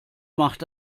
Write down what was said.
macht